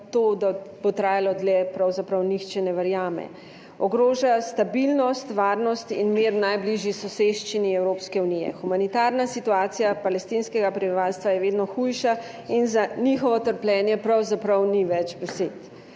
premirje trajalo dlje, pravzaprav nihče ne verjame – ogrožajo stabilnost, varnost in mir v najbližji soseščini Evropske unije. Humanitarna situacija palestinskega prebivalstva je vedno hujša in za njihovo trpljenje pravzaprav ni več besed.